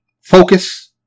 Focus